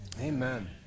Amen